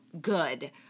good